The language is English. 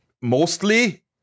Mostly